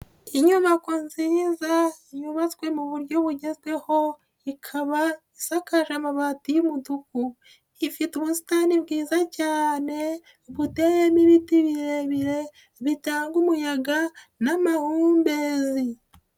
Inyubako nziza yubatswe mu buryo bugezweho ikaba isakaje amabati y'umutuku. Ifite ubusitani bwiza cyane buteyemo ibiti birebire bitanga umuyaga n'amahumberi.